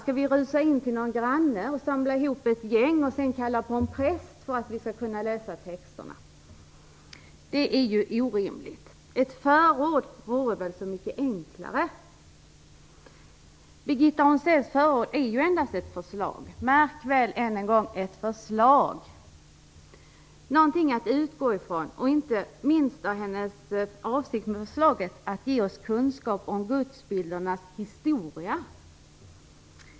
Skall vi rusa in till någon granne, samla ihop ett gäng och sedan kalla på en präst för att vi skall kunna läsa texterna? Det är ju orimligt. Ett förord vore väl så mycket enklare. Birgitta Onsells förord är ju endast ett förslag. Märk väl än en gång: ett förslag, någonting att utgå ifrån. Inte minst var hennes avsikt med förslaget att ge oss kunskap om gudsbildernas historia.